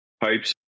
pipes